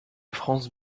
france